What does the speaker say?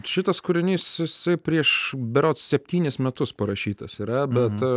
šitas kūrinys susi prieš berods septynis metus parašytas yra bet